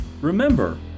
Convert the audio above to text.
remember